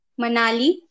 Manali